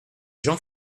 jean